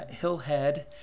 Hillhead